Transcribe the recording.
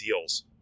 deals